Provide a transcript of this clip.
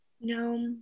No